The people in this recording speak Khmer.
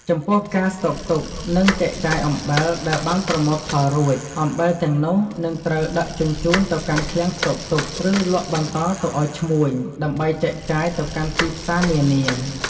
ចំពោះ ការស្តុកទុក និងចែកចាយអំបិលដែលបានប្រមូលផលរួច អំបិលទាំងនោះនឹងត្រូវដឹកជញ្ជូនទៅកាន់ឃ្លាំងស្តុកទុក ឬលក់បន្តទៅឱ្យឈ្មួញ ដើម្បីចែកចាយទៅកាន់ទីផ្សារនានា។